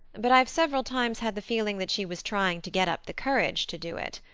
but i've several times had the feeling that she was trying to get up the courage to do it.